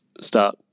start